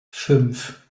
fünf